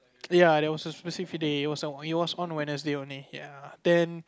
ya there was a specific day it was on it was on a Wednesday only ya then